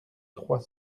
trois